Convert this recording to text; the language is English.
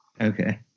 Okay